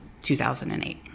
2008